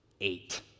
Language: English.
eight